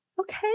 Okay